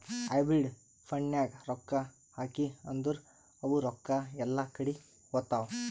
hybrid ಫಂಡ್ನಾಗ್ ರೊಕ್ಕಾ ಹಾಕಿ ಅಂದುರ್ ಅವು ರೊಕ್ಕಾ ಎಲ್ಲಾ ಕಡಿ ಹೋತ್ತಾವ್